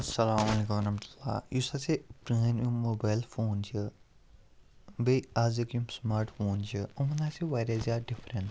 اَسَلامُ علیکم وَرحمتہ اللہ یُس ہَسا پرٲنۍ یِم موبایل فون چھِ بیٚیہِ اَزِکۍ یِم سمارٹ فون چھِ یِمَن حظ چھِ واریاہ زیادٕ ڈِفرَنس